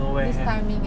this timing eh